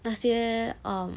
那些 um